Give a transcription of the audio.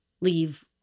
leave